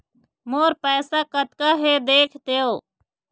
मोर पैसा कतका हे देख देव?